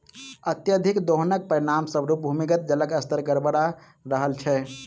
अत्यधिक दोहनक परिणाम स्वरूप भूमिगत जलक स्तर गड़बड़ा रहल छै